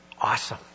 Awesome